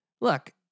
look